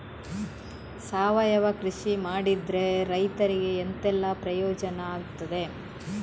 ಸಾವಯವ ಕೃಷಿ ಮಾಡಿದ್ರೆ ರೈತರಿಗೆ ಎಂತೆಲ್ಲ ಪ್ರಯೋಜನ ಆಗ್ತದೆ?